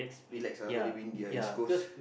relax ah very windy ah East-Coast